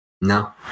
no